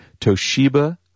Toshiba